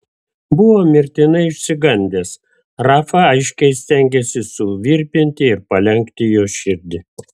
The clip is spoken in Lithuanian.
buvo mirtinai išsigandęs rafa aiškiai stengėsi suvirpinti ir palenkti jos širdį